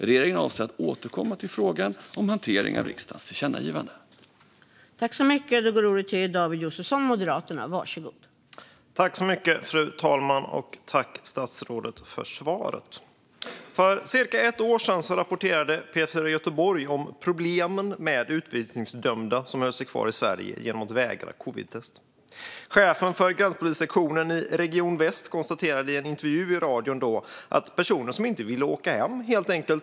Regeringen avser att återkomma till frågan om hantering av riksdagens tillkännagivande. Då interpellanten anmält att hon var förhindrad att närvara vid sammanträdet medgav andre vice talmannen att David Josefsson i stället fick delta i debatten.